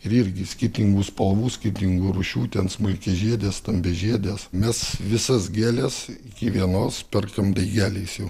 ir irgi skirtingų spalvų skirtingų rūšių ten smulkiažiedės stambiažiedės mes visas gėles iki vienos perkam daigeliais jau